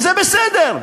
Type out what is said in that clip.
וזה בסדר.